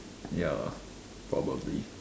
ya probably